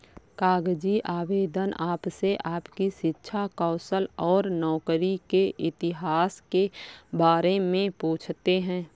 कागजी आवेदन आपसे आपकी शिक्षा, कौशल और नौकरी के इतिहास के बारे में पूछते है